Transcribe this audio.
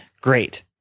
Great